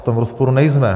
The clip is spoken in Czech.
V tom rozporu nejsme.